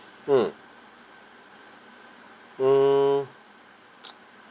mm hmm